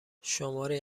شماری